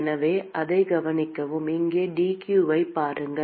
எனவே அதைக் கவனிக்கவும் இங்கே dq ஐப் பாருங்கள்